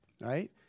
Right